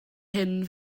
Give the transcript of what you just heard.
hyn